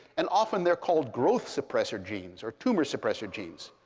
and often they're called growth suppressor genes or tumor suppressor genes.